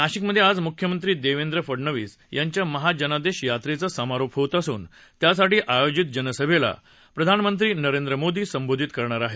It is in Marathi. नाशिकमध्ये आज मुख्यमंत्री देवेंद्र फडणवीस यांच्या महाजनादेश यात्रेचा समारोप होत असून त्यासाठी आयोजित जनसभेला पंतप्रधान नरेंद्र मोदी संबोधित करणार आहेत